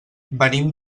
venim